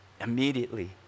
Immediately